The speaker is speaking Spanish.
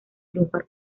triunfar